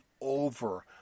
over